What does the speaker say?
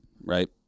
right